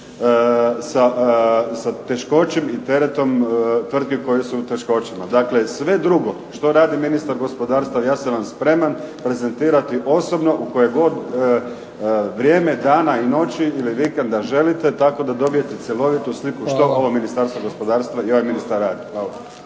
sa teškoćom i teretom tvrtke koje su u teškoćama. Dakle, sve drugo što radi ministar gospodarstva ja sam vam spreman prezentirati osobno u koje god vrijeme dana i noći ili vikenda želite tako da dobijete cjelovitu sliku što ovo Ministarstvo gospodarstva i ovaj ministar radi.